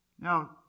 Now